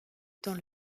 dans